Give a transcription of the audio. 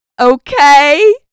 Okay